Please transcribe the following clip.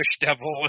devil